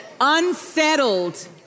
unsettled